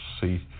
See